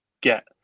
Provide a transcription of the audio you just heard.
get